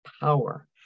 power